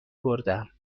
بردم